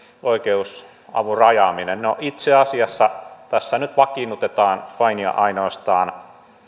oikeusavun rajaaminen no itse asiassa tässä nyt vakiinnutetaan vain ja ainoastaan